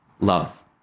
love